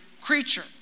creature